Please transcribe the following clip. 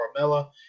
Carmella